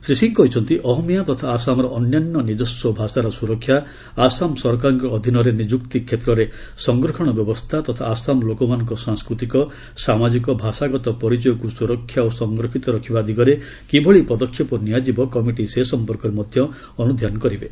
ଶ୍ରୀ ସିଂ କହିଛନ୍ତି ଅହମିଆ ତଥା ଆସାମର ଅନ୍ୟାନ୍ୟ ନିଜସ୍ୱ ଭାଷାର ସୁରକ୍ଷା ଆସାମ ସରକାରଙ୍କ ଅଧୀନରେ ନିଯୁକ୍ତି କ୍ଷେତ୍ରରେ ସଂରକ୍ଷଣ ବ୍ୟବସ୍ଥା ତଥା ଆସାମ ଲୋକମାନଙ୍କ ସାଂସ୍କୃତିକ ସାମାଜିକ ଭାଷାଗତ ପରିଚୟକୁ ସୁରକ୍ଷା ଓ ସଂରକ୍ଷିତ ରଖିବା ଦିଗରେ କିଭଳି ପଦକ୍ଷେପ ନିଆଯିବ କମିଟି ସେ ସମ୍ପର୍କରେ ମଧ୍ୟ ଅନୁଧ୍ୟାନ କରିବେ